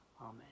amen